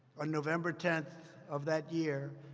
on november tenth of that year,